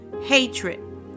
hatred